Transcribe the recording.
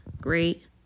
Great